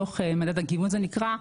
דוח מדד הגיוון זה נקרא.